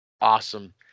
awesome